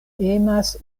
emas